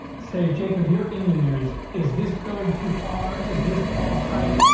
say jacob you're in the news is this going too far is this all hype.